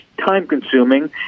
time-consuming